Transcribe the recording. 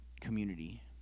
community